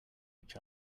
each